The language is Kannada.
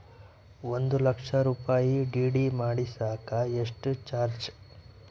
ಒಂದು ಲಕ್ಷ ರೂಪಾಯಿ ಡಿ.ಡಿ ಕಳಸಾಕ ಎಷ್ಟು ಚಾರ್ಜ್?